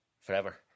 forever